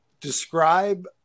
describe